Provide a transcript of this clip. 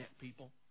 people